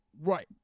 right